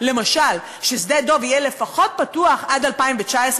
למשל ששדה-דב יהיה פתוח לפחות עד 2019,